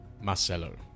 Marcelo